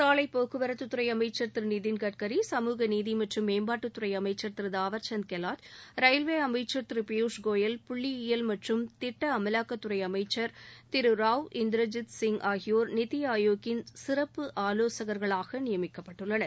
சாலைபோக்குவரத்துறை அமைச்சர் திரு நிதின்கட்கரி சமூக நீதி மற்றம் மேம்பாட்டுத்துறை அளமச்சர் திரு தாவத்சந்த் கெலாட் ரயில்வே துறை அமைச்சர் திரு பியூஷ்கோயல் புள்ளியியல் மற்றும் திட்ட அமவாக்கத்துறை அமைச்சர் திரு ராவ் இந்திரஜித் சிங் ஆகியோர் நித்தி ஆயோக்கின் சிறப்பு ஆலோசகர்களாக நியமிக்கப்பட்டுள்ளனர்